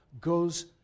goes